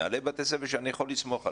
מנהלי בתי ספר שאני יכול לסמוך עליהם,